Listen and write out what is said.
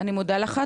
אני מודה לך,